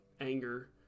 anger